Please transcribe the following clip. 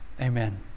Amen